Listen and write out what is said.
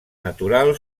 natural